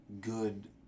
good